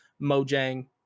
Mojang